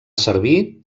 servir